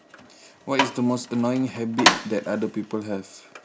what is the most annoying habit that other people have